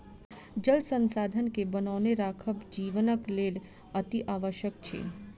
जल संसाधन के बनौने राखब जीवनक लेल अतिआवश्यक अछि